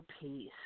peace